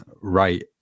Right